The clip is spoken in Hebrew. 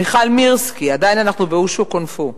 מיכל מירסקי, עדיין אנחנו באו-שו, קונג-פו,